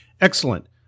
Excellent